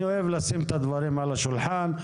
אני אוהב לשים דברים על השולחן.